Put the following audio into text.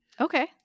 Okay